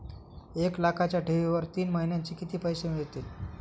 एक लाखाच्या ठेवीवर तीन महिन्यांनी किती पैसे मिळतील?